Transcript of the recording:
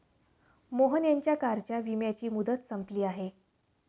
मोहन यांच्या कारच्या विम्याची मुदत संपली आहे